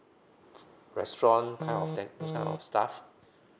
restaurant um that kind of that kind of stuff